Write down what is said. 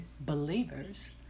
believers